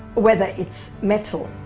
whether it's metal,